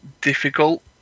difficult